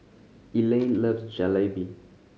Elayne loves Jalebi